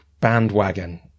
bandwagon